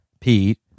Pete